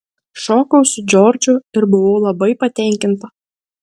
šokau su džordžu ir buvau labai patenkinta